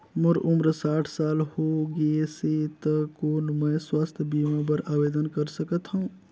मोर उम्र साठ साल हो गे से त कौन मैं स्वास्थ बीमा बर आवेदन कर सकथव?